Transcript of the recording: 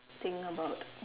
thing about